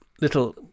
little